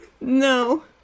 No